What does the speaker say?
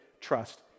trust